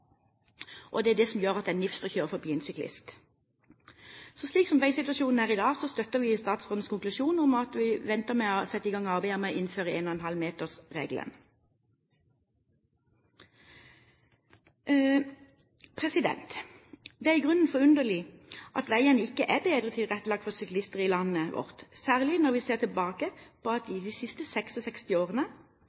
Det er det som gjør at det er nifst å kjøre forbi en syklist. Slik som veisituasjonen er i dag, støtter vi statsrådens konklusjon om å vente med å sette i gang arbeidet med å innføre 1,5-metersregelen. Det er i grunnen forunderlig at veiene ikke er bedre tilrettelagt for syklister i landet vårt, særlig når vi ser tilbake på at i 50 av de siste 66 årene